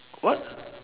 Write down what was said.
what